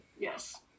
Yes